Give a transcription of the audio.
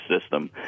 system